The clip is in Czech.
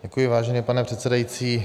Děkuji, vážený pane předsedající.